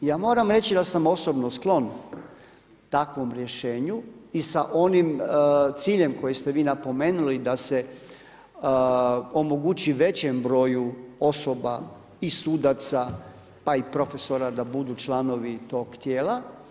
I ja moram reći da sam osobno sklon takvom rješenju i sa onim ciljem koji ste vi napomenuli da se omogući većem broju osoba i sudaca pa i profesora da budu članovi toga tijela.